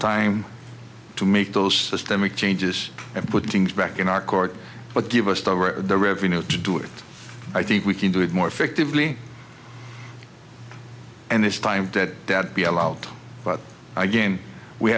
time to make those systemic changes and put things back in our court but give us the revenue to do it i think we can do it more effectively and this time dead dad be allowed but again we